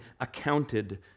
accounted